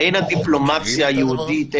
הן הדיפלומטיה היהודית,